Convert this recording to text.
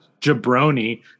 jabroni